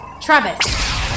Travis